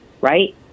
right